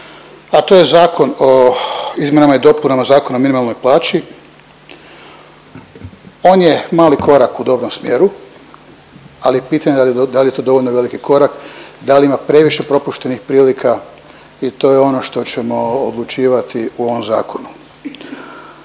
a to je Zakon o izmjenama i dopunama Zakona o minimalnoj plaći, on je mali korak u dobrom smjeru, ali pitanje je da li je to dovoljno veliki korak, da li ima previše propuštenih prilika i to je ono što ćemo odlučivati u ovom Zakonu.